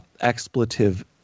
expletive